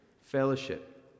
fellowship